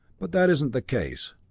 but that isn't the case.